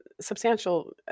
substantial